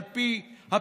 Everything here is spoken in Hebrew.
על פי הפרסומים.